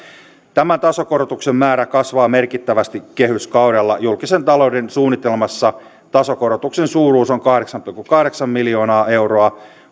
tämän tasokorotuksen määrä kasvaa merkittävästi kehyskaudella julkisen talouden suunnitelmassa tasokorotuksen suuruus on kahdeksan pilkku kahdeksan miljoonaa euroa